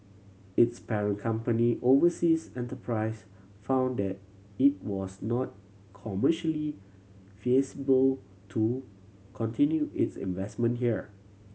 its parent company Overseas Enterprise found that it was not commercially feasible to continue its investment here